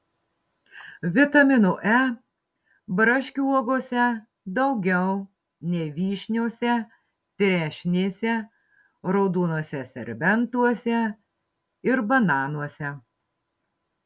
vitamino e braškių uogose daugiau nei vyšniose trešnėse raudonuose serbentuose ir bananuose